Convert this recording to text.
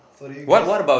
so did you guys